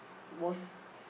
was